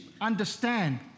understand